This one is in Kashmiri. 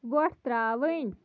وۄٹھ ترٛاوٕنۍ